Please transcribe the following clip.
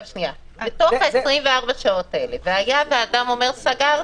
בתוך 24 השעות האלה, היה שאדם אומר: סגרתי,